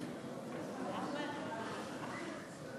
של חברת הכנסת סופה